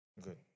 Good